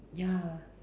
ya